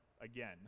again